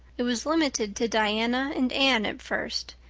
it was limited to diana and anne at first,